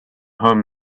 home